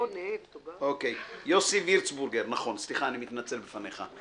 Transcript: אוקיי, יוסי וירצבורגר, סליחה, אני מתנצל בפניך.